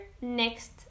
next